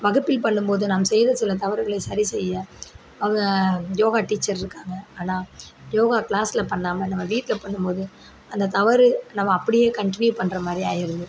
வகுப்பில் பண்ணும்போது நாம் செய்யுற சில தவறுகளை சரி செய்ய அங்கே யோகா டீச்சர் இருக்காங்க ஆனால் யோகா க்ளாஸில் பண்ணாமல் நம்ம வீட்டில் பண்ணும்போது அந்த தவறு நம்ம அப்படியே கன்ட்டினியூ பண்ணுறமாரி ஆயிடுது